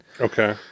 Okay